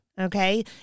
Okay